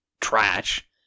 trash